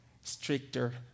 stricter